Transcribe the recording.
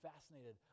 fascinated